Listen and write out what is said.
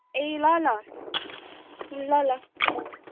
ए ल ल ल ल